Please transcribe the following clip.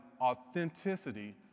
authenticity